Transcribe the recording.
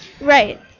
right